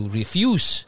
refuse